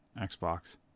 xbox